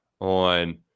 on